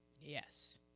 yes